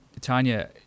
Tanya